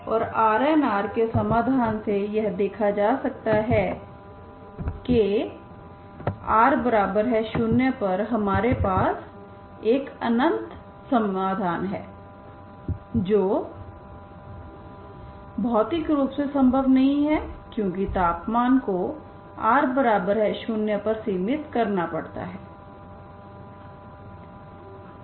और Rnrके समाधान से यह देखा जा सकता है कि r0 पर हमारे पास एक अनंत समाधान है जो भौतिक रूप से संभव नहीं है क्योंकि तापमान को r0पर सीमित करना पड़ता है